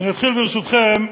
אני אתחיל, ברשותכם,